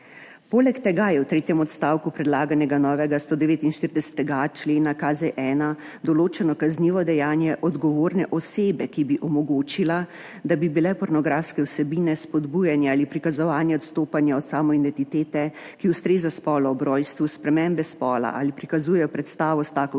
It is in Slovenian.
Poleg tega je v tretjem odstavku predlaganega novega 149.a člena KZ določeno kaznivo dejanje odgovorne osebe, ki bi omogočilo, da bi bile pornografske vsebine, spodbujanje ali prikazovanje odstopanja od samoidentitete, ki ustreza spolu ob rojstvu, spremembe spola ali prikazujejo predstavo s tako